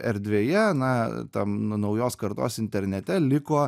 erdvėje na tam naujos kartos internete liko